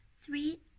three